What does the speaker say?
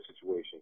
situation